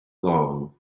long